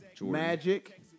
Magic